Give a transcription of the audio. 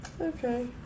Okay